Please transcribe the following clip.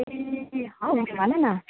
ए हौ भन न